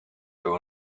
their